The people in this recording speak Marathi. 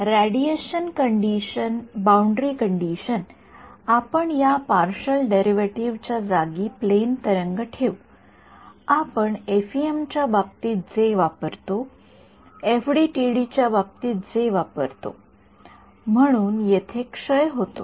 रेडिएशन बाउंडरी कंडिशन आपण या पार्शल डेरिव्हेटीव्ह च्या जागी प्लेन तरंग ठेऊ आपण एफईएमच्या बाबतीत जे वापरतो एफडीटीडी च्या बाबतीत जे वापरतो म्हणून येथे क्षय होतो